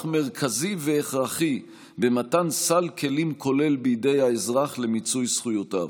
מרכזי והכרחי במתן סל כלים כולל בידי האזרח למיצוי זכויותיו,